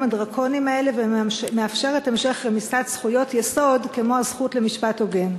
הדרקוניים האלה ומאפשרת המשך רמיסת זכויות יסוד כמו הזכות למשפט הוגן?